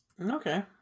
Okay